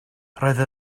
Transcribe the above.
roedd